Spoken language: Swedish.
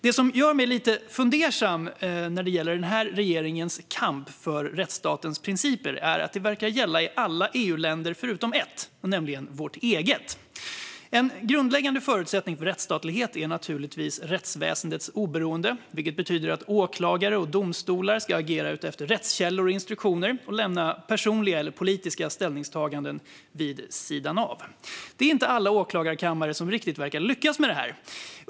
Det som gör mig lite fundersam när det gäller den här regeringens kamp för rättsstatens principer är att den verkar gälla i alla EU-länder utom ett, nämligen vårt eget. En grundläggande förutsättning för rättsstatlighet är naturligtvis rättsväsendets oberoende, vilket betyder att åklagare och domstolar ska agera utifrån rättskällor och instruktioner och lämna personliga eller politiska ställningstaganden vid sidan om. Det är inte alla åklagarkammare som verkar lyckas riktigt med detta.